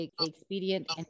expedient